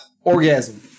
Orgasm